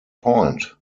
point